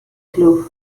club